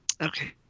Okay